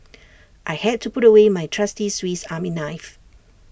I had to put away my trusty Swiss army knife